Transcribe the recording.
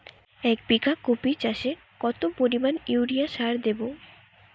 এক বিঘা কপি চাষে কত পরিমাণ ইউরিয়া সার দেবো?